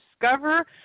discover